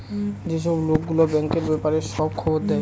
যেসব লোক গুলো ব্যাঙ্কের ব্যাপারে সব খবর দেয়